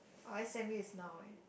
oh s_m_u is now eh